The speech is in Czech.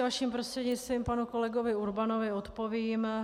Vaším prostřednictvím panu kolegovi Urbanovi odpovím.